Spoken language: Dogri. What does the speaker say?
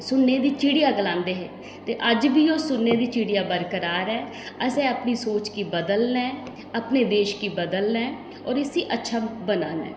सुन्ने दी चिड़िया गलांदे हे ते अज्ज बी ओह् सुन्ने दी चिड़िया बरकरार ऐ असें अपनी सोच गी बदलना ऐ अपने देश गी बदलना ऐ और इस्सी अच्छा बनाना ऐ